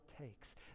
takes